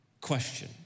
Question